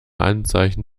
anzeichen